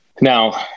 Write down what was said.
Now